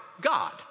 God